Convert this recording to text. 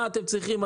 שואל מה אתם צריכים?